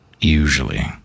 Usually